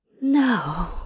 No